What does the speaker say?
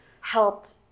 helped